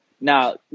now